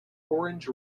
orange